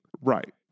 Right